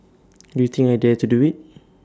do you think I dare to do IT